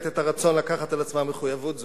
את הרצון לקחת על עצמה מחויבות זו,